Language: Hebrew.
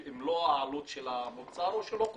מלוא העלות של המוצר, או שהוא לא קונה.